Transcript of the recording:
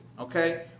Okay